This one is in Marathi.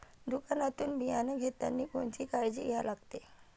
दुकानातून बियानं घेतानी कोनची काळजी घ्या लागते?